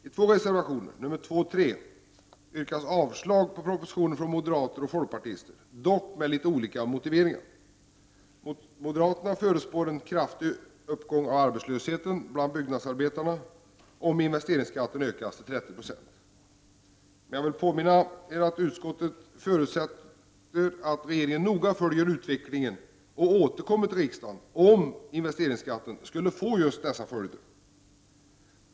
I två reservationer, nr 2 och 3, yrkar moderater och folkpartister avslag på propositionen, dock med olika motiveringar. Moderaterna förutspår en kraftig uppgång av arbetslösheten bland byggnadsarbetarna, om investeringsskatten ökas till 30 26. Jag vill påminna er om att utskottet förutsätter att regeringen noga följer utvecklingen och återkommer till riksdagen om investeringsskatten skulle få just dessa följder.